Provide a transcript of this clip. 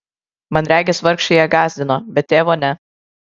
man regis vargšai ją gąsdino bet tėvo ne